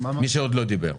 מי שעוד לא דיבר.